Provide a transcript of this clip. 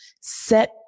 Set